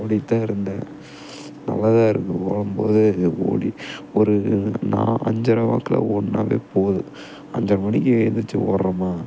ஓடிகிட்டு தான் இருந்தேன் நல்லா தான் இருக்கும் ஓடும் போது ஓடி ஒரு நாள் அஞ்சரை வாக்கில் ஓடுனாலே போதும் அஞ்சரை மணிக்கு எந்திரிச்சு ஓடுறோமா